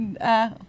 uh-